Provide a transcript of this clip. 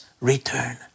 return